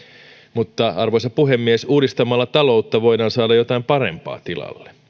mutta arvoisa puhemies uudistamalla taloutta voidaan saada jotain parempaa tilalle